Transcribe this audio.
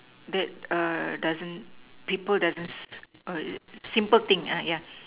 that err doesn't people doesn't s~ err is it simple thing ah yeah